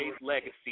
Legacy